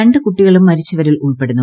രണ്ട് കുട്ടികളും മുരിച്ചവരിൽ ഉൾപ്പെടുന്നു